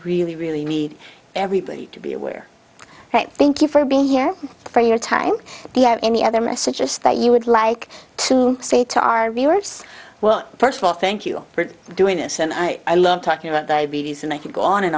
really really need everybody to be aware thank you for being here for your time we have any other messages that you would like to say to our viewers well first of all thank you for doing this and i love talking about diabetes and i could go on and